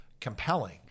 compelling